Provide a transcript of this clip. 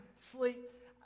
sleep